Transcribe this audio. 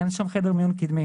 אין שם חדר מיון קדמי